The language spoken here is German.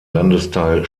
landesteil